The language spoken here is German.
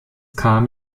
kam